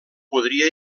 podria